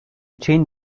chain